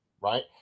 right